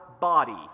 body